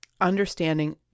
understanding